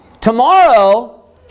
tomorrow